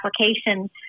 application